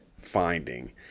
finding